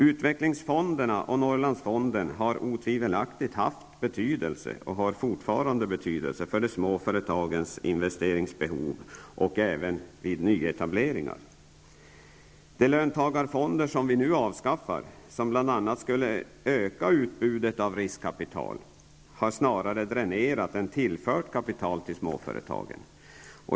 Utvecklingsfonderna och Norrlandssfonden har otvivelaktigt haft, och har fortfarande, betydelse för de små företagens investeringsbehov och även vid nyetableringar. De löntagarfonder som vi nu avskaffar och som bl.a. skulle ha ökat utbudet av riskkapital har snarare dränerat än tillfört kapital till småföretagen.